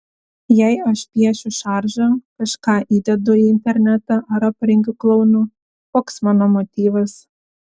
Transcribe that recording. jei aš piešiu šaržą kažką įdedu į internetą ar aprengiu klounu koks mano motyvas